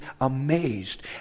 amazed